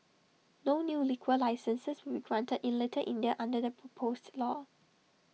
no new liquor licences will be granted in little India under the proposed law